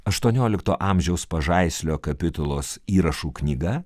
aštuoniolikto amžiaus pažaislio kapitulos įrašų knyga